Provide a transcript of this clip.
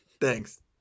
thanks